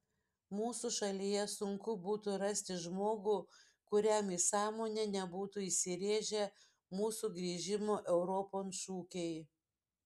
mūsų šalyje sunku būtų rasti žmogų kuriam į sąmonę nebūtų įsirėžę mūsų grįžimo europon šūkiai